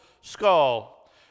skull